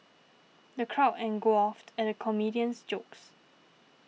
the crowd and guffawed at the comedian's jokes